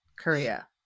Korea